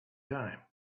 time